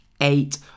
eight